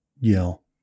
yell